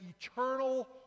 eternal